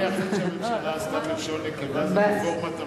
הדבר היחיד שהממשלה עשתה בלשון נקבה זה רפורמת המרפסות.